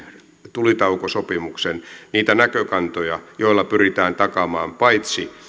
tulitaukosopimuksen niitä näkökantoja joilla pyritään takaamaan